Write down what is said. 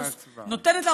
נותנת לה,